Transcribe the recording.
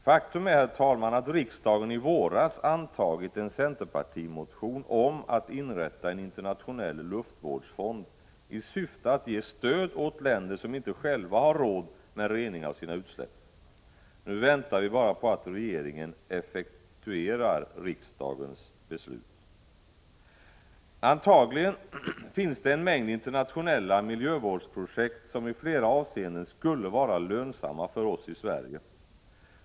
Faktum är att riksdagen i våras antog en centermotion om att inrätta en internationell luftvårdsfond i syfte att ge stöd åt länder som inte själva har råd med rening av sina utsläpp. Nu väntar vi bara på att regeringen effektuerar riksdagens beslut. Antagligen finns det en mängd internationella miljövårdsprojekt som i flera avseenden skulle vara lönsamma för Sverige.